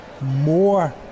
more